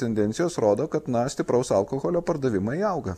tendencijos rodo kad na stipraus alkoholio pardavimai auga